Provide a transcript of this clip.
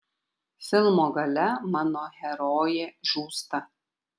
filmo gale mano herojė žūsta